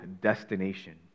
destination